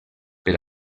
per